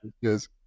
Yes